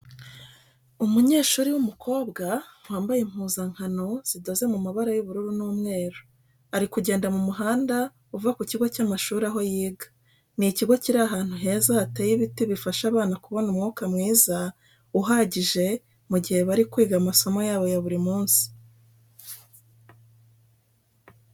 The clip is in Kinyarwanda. Umunyeshuri w'umukobwa wambaye impuzankano zidoze mu mabara y'ubururu n'umweru, ari kugenda mu muhanda uva ku kigo cy'amashuri aho yiga. Ni ikigo kiri ahantu heza hateye ibiti bifasha abana kubona umwuka mwiza uhagije mu gihe baba bari kwiga amasomo yabo ya buri munsi.